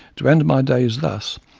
to end my days thus,